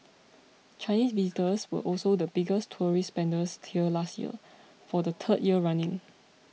Chinese visitors were also the biggest tourist spenders here last year for the third year running